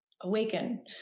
awaken